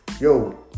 yo